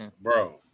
Bro